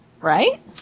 Right